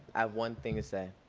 i have one thing to say.